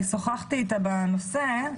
אני שוחחתי איתה בנושא,